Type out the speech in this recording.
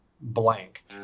blank